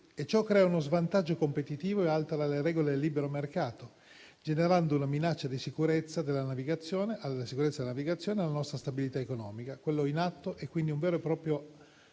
ciò crea uno svantaggio competitivo e altera le regole del libero mercato, generando una minaccia alla sicurezza della navigazione e alla nostra stabilità economica. Quello in atto è quindi un vero e proprio